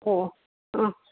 ꯑꯣ